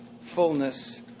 fullness